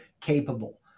capable